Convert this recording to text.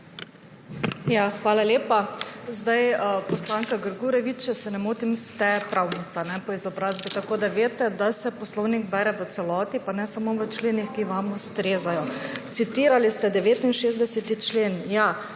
Hvala lepa. Poslanka Grgurevič, če se ne motim, ste pravnica po izobrazbi, tako da veste, da se poslovnik bere v celoti, ne samo v členih, ki vam ustrezajo. Citirali ste 69. člen. Ja,